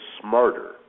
smarter